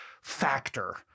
factor